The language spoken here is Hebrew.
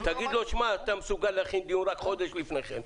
תגיד לו שאתה מסוגל להכין דיון רק חודש לפני כן.